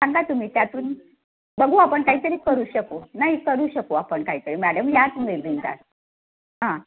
सांगा तुम्ही त्यातून बघू आपण काहीतरी करू शकू नाही करू शकू आपण काहीतरी मॅडम या तुम्ही बिनधास्त हां